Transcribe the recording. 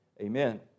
Amen